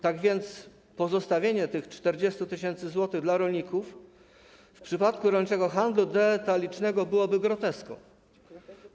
Tak więc pozostawienie tych 40 tys. zł dla rolników w przypadku rolniczego handlu detalicznego byłoby groteską.